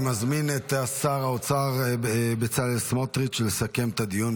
אני מזמין את שר האוצר בצלאל סמוטריץ' לסכם את הדיון,